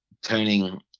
turning